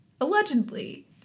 allegedly